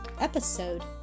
Episode